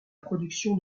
production